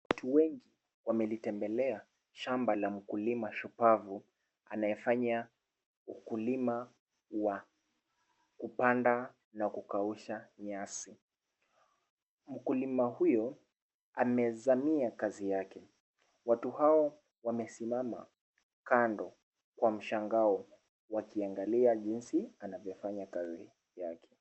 Watu wengi wamelitembelea shamba la mkulima shupavu anayefanya ukulima wa kupanda na kukausha nyasi. Mkulima huyo amezamia kazi yake. Watu hawa wamesimama kando kwa mshangao wakiangalia jinsi anavyofanya kazi yake.